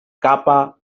kappa